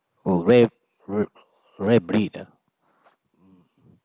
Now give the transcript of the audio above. oh rare ra~ rare breed ah